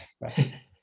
Right